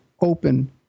open